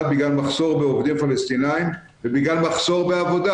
בגלל מחסור בעובדים פלשתינאים ובגלל מחסור בעבודה.